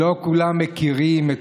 לא כולם מכירים את